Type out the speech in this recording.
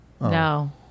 no